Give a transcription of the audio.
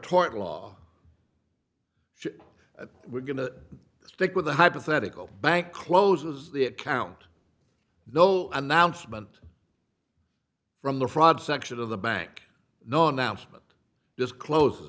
tort law we're going to stick with the hypothetical bank closes the account no announcement from the fraud section of the bank no now just close